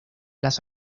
las